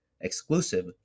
exclusive